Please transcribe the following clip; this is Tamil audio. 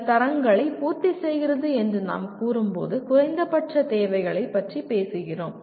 சில தரங்களை பூர்த்தி செய்கிறது என்று நாம் கூறும்போது குறைந்தபட்ச தேவைகளைப் பற்றி பேசுகிறோம்